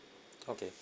okay